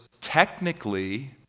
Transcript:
technically